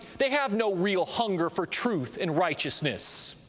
they have no real hunger for truth and righteousness.